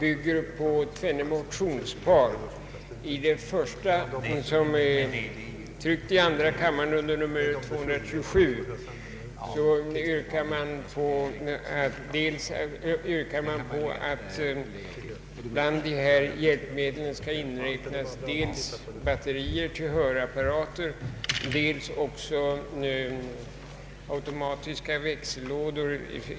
Herr talman! Denna punkt gäller liksom den föregående punkten handikappade. Här är det fråga om vissa hjälpmedel för de handikappade. Reservationen, som är anknuten till punkten, bygger på tvenne motionspar.